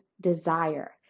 desire